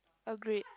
agreed